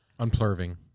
Unplurving